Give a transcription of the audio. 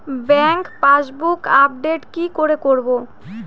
Bank passbook update কি করে করবো?